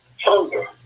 hunger